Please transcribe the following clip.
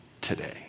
today